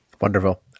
Wonderful